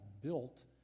built